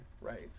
right